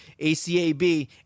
ACAB